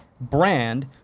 brand